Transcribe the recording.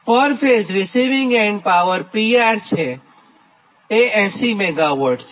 પર phase receiving end power PR એ 80 MW છે